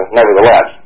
nevertheless